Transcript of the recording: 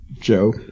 Joe